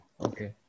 Okay